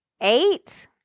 eight